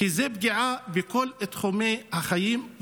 כי זו פגיעה בכל תחומי החיים,